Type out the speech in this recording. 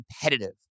competitive